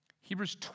Hebrews